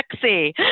sexy